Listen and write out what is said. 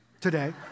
today